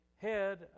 head